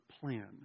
plan